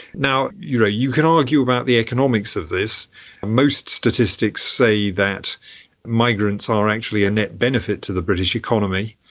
you know you can argue about the economics of this, and most statistics say that migrants are actually a net benefit to the british economy.